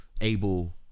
able